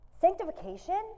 Sanctification